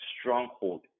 stronghold